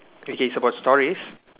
okay it's about stories